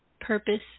purpose